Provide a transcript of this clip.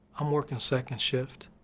i'm working second shift,